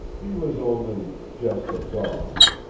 he was only just a dog.